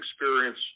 experience